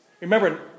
Remember